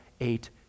eight